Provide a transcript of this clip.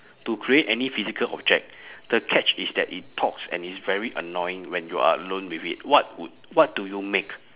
to create any physical object the catch is that it talks and it's very annoying when you are alone with it what would what do you make